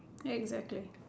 exactly